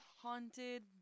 haunted